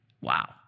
Wow